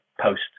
post